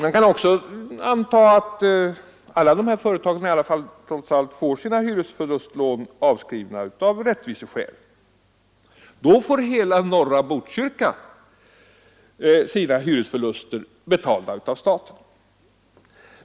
Man kan anta att alla de här företagen trots allt får sina hyresförluster avskrivna av rättviseskäl. Då får hela norra Botkyrka sina hyresförluster betalda av staten.